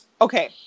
okay